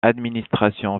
administration